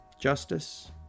Justice